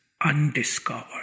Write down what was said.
undiscovered